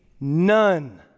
none